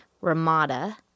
Ramada